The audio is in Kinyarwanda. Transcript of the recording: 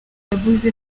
yavuze